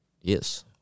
Yes